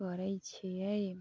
करै छियै